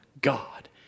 God